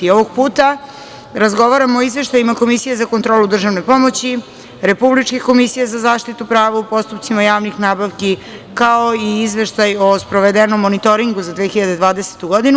Ovog puta razgovaramo o izveštajima Komisije za kontrolu državne pomoći, Republičke komisije za zaštitu prava u postupcima javnih nabavki, kao i izveštaj o sprovedenom monitoringu za 2020. godinu.